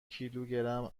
کیلوگرم